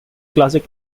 classic